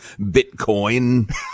Bitcoin